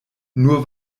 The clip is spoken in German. nur